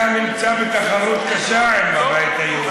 אתה נמצא בתחרות קשה עם הבית היהודי.